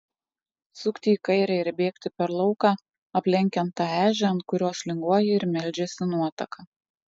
sukti į kairę ir bėgti per lauką aplenkiant tą ežią ant kurios linguoja ir meldžiasi nuotaka